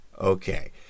okay